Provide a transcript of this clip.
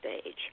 stage